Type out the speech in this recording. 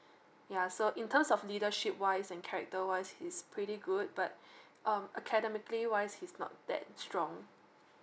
yeah so in terms of leadership wise and character wise he's pretty good but um academically wise he's not that strong